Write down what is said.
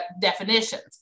definitions